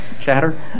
chatter